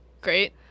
Great